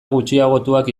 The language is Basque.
gutxiagotuak